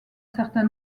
certain